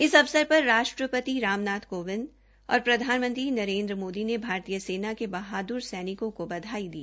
इस अवसर पर राष्ट्रपति राम नाथ कोविंद और प्रधानमंत्री नरेन्द्र मोदी ने भारतीय सेना के बहादुर सैनिकों को बधाई दी